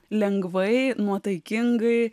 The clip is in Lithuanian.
lengvai nuotaikingai